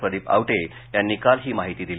प्रदीप आवटे यांनी काल ही माहिती दिली